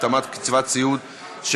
התאמת קצבת הסיעוד להעלאת שכר המינימום),